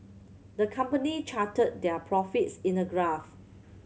the company charted their profits in a graph